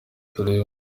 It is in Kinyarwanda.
tureba